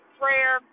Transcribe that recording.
prayer